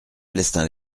plestin